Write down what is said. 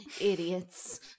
idiots